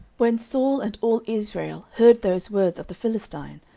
when saul and all israel heard those words of the philistine,